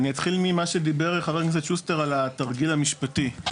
אני אתחיל ממה שדיבר חה"כ שוסטר על התרגיל המשפטי.